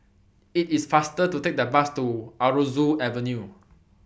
IT IS faster to Take The Bus to Aroozoo Avenue